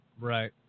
Right